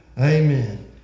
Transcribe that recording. Amen